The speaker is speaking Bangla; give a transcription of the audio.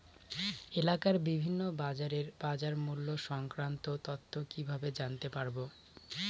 এলাকার বিভিন্ন বাজারের বাজারমূল্য সংক্রান্ত তথ্য কিভাবে জানতে পারব?